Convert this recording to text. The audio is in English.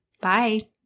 Bye